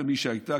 למי שהייתה,